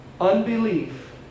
Unbelief